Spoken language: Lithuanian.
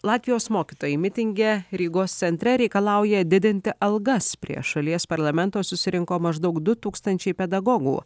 latvijos mokytojai mitinge rygos centre reikalauja didinti algas prie šalies parlamento susirinko maždaug du tūkstančiai pedagogų